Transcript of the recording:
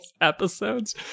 episodes